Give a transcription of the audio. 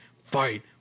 fight